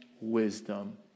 wisdom